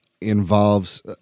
involves